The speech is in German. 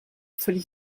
völlig